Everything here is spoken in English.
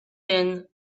been